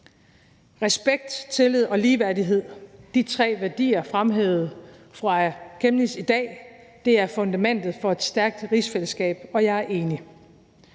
Respekt, tillid og ligeværdighed er de tre værdier, som fru Aaja Chemnitz fremhævede i dag. De udgør fundamentet for et stærkt rigsfællesskab, og jeg er enig.